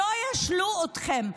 שלא ישלו אתכם,